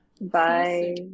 bye